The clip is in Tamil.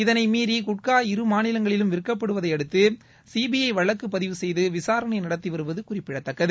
இதனை மீறி குட்கா இருமாநிலங்களிலும் விற்கப்படுவதை அடுத்து சிபிறு வழக்கு பதிவு செய்து விசாரணை நடத்தி வருவது குறிப்பிடத்தக்கது